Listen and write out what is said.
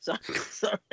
Sorry